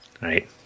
right